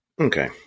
Okay